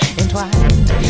entwined